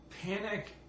Panic